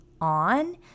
on